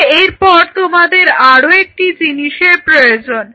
কিন্তু এরপর তোমাদের আরও একটি জিনিসের প্রয়োজন